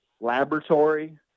laboratory